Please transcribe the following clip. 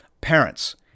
Parents